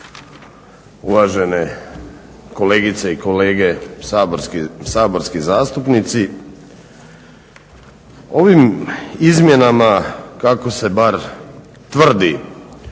uvažene kolegice i kolege saborski zastupnici. Ovim izmjenama kako se bar tvrdi